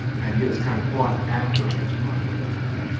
and he was kind of quite outraged by what had happened.